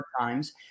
times